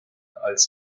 als